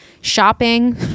shopping